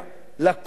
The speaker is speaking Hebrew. לכוח הזה,